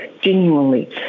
genuinely